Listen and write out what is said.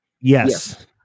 Yes